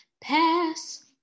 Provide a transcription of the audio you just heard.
pass